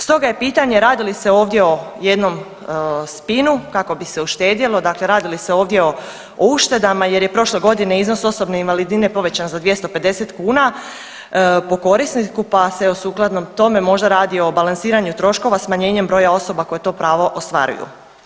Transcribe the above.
Stoga je pitanje radi li se ovdje o jednom spinu kako bi se uštedjelo, dakle radi li se ovdje o uštedama jer je prošle godine iznos osobne invalidnine povećan za 250 kuna po korisniku pa se sukladno tome možda radi o balansiranju troškova smanjenjem broja osoba koje to pravo ostvaruju?